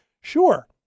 Sure